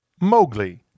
Mowgli